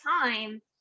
time